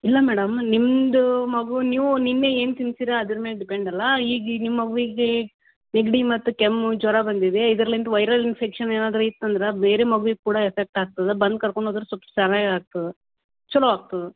ಇಲ್ಲ ಮೇಡಮ್ ನಿಮ್ಮದು ಮಗು ನೀವು ನಿನ್ನೆ ಏನು ತಿನ್ಸಿರ ಅದ್ರ ಮೇಲೆ ಡಿಪೆಂಡ್ ಅಲಾ ಈಗ ಈಗ ನಿಮ್ಮ ಮಗುವಿಗೆ ನೆಗಡಿ ಮತ್ತು ಕೆಮ್ಮು ಜ್ವರ ಬಂದಿದೆ ಇದ್ರಲೆಂತ ವೈರಲ್ ಇನ್ಫೆಕ್ಷನ್ ಏನಾದರೂ ಇತ್ತು ಅಂದ್ರೆ ಅದು ಬೇರೆ ಮಗುವಿಗೆ ಕೂಡ ಎಫೆಕ್ಟ್ ಆಗ್ತದೆ ಬಂದು ಕರ್ಕೊಂಡು ಹೋದ್ರ್ ಸ್ವಲ್ಪ್ ಸಹಾಯ ಆಗ್ತದೆ ಛಲೋ ಆಗ್ತದೆ